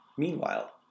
Meanwhile